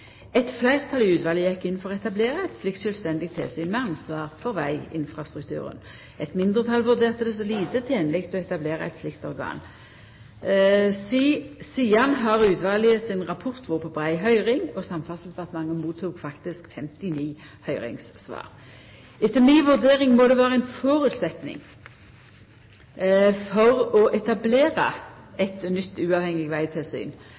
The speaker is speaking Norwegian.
Eit fleirtal i utvalet gjekk inn for å etablera eit slikt sjølvstendig tilsyn med ansvar for veginfrastrukturen. Eit mindretal vurderte det som lite tenleg å etablera eit slikt organ. Sidan har utvalet sin rapport vore på brei høyring, og Samferdselsdepartementet mottok faktisk 59 høyringssvar. Etter mi vurdering må det vera ein føresetnad for å etablera eit nytt uavhengig